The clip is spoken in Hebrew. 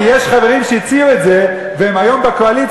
כי יש חברים שהציעו את זה והם היום בקואליציה.